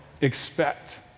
expect